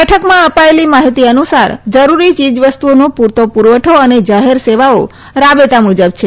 બેઠકમાં અપાયેલી માહિતી અનુસાર જરૂરી ચીજવસ્તુઓનો પૂરતો પુરવઠો અને જાહેર સેવાઓ રાબેતા મુજબ છે